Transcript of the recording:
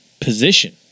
position